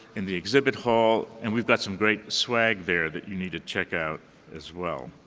in the exhibit hall, and we've got some great swag there that you need to check out as well.